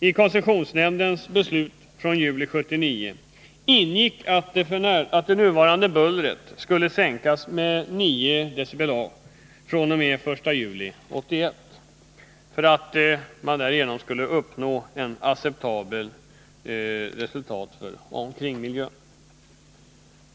I koncessionsnämndens beslut från juli 1979 ingick att det nuvarande bullret skulle sänkas med 9 dBA fr.o.m. den 1 iuli 1981 för att man därigenom skulle uppnå ett acceptabelt resultat för omkringmiljön.